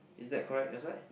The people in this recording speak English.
is that correct your side